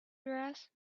dress